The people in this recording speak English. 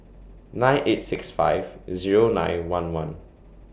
nine eight six five Zero nine one one